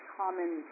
common